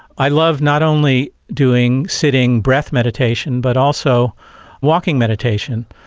i love not only doing sitting breath meditation but also walking meditation.